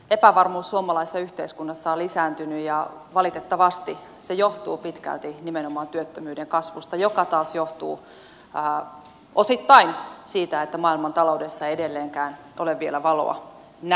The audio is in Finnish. epävarmuus suomalaisessa yhteiskunnassa on lisääntynyt ja valitettavasti se johtuu pitkälti nimenomaan työttömyyden kasvusta joka taas johtuu osittain siitä että maailmantaloudessa ei edelleenkään ole vielä valoa näkyvissä